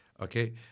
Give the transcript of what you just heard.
Okay